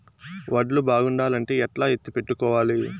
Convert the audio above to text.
వడ్లు బాగుండాలంటే ఎట్లా ఎత్తిపెట్టుకోవాలి?